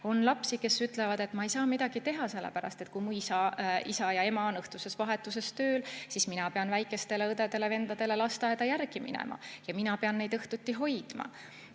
On lapsi, kes ütlevad: "Ma ei saa midagi teha, sellepärast et kui mu isa ja ema on õhtuses vahetuses tööl, siis mina pean väikestele õdedele-vendadele lasteaeda järele minema ja mina pean neid õhtuti hoidma."